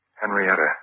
Henrietta